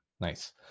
nice